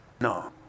no